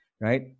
Right